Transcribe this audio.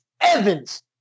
Evans